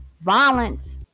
Violence